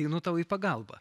einu tau į pagalbą